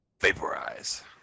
Vaporize